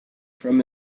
from